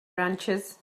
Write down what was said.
ranchers